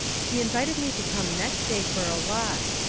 he invited me to come next day for a walk,